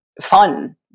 fun